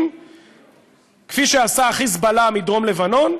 כפי שעשה "חיזבאללה" בדרום לבנון,